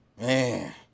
Man